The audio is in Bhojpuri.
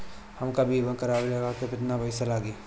हमका बीमा करावे ला केतना पईसा लागी?